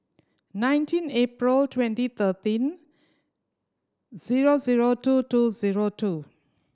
nineteen April twenty thirteen zero zero two two zero two